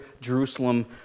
Jerusalem